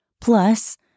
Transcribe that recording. Plus